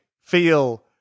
feel